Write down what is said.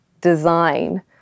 design